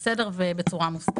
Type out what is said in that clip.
לעשות זאת בסדר ובצורה מושכלת.